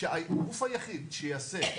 שהגוף היחיד שישנע,